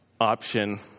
option